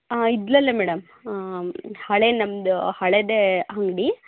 ಆಂ ಇದ್ದಿಲಲ್ಲೆ ಮೇಡಂ ಹಳೆಯ ನಮ್ಮದು ಹಳೆಯದೇ ಅಂಗ್ಡಿ